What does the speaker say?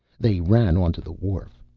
they ran onto the wharf.